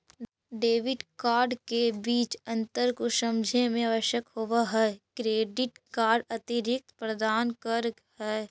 Debit card के बीच अंतर को समझे मे आवश्यक होव है क्रेडिट कार्ड अतिरिक्त प्रदान कर है?